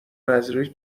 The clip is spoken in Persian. نذری